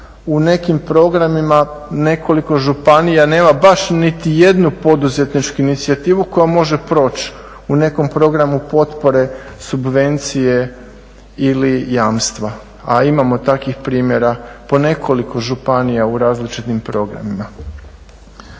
u nekim programima nekoliko županija nema baš niti jednu poduzetničku inicijativu koja može proći u nekom programu potpore, subvencije ili jamstva, a imamo takvih primjera po nekoliko županija u različitim programima.